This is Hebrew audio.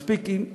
מספיק עם הכרזות.